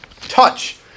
Touch